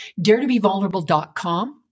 DareToBeVulnerable.com